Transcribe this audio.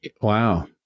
Wow